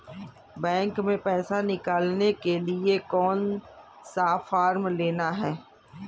Bank में पैसा निकालने के लिए कौन सा फॉर्म लेना है?